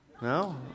No